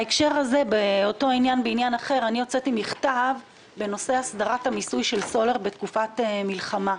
אני הוצאתי מכתב בנושא הסדרת המיסוי של סולר בתקופת מלחמה,